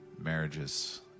marriages